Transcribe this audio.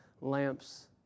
lamps